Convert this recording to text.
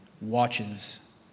Watches